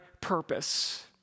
purpose